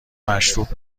مشروب